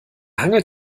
hangelt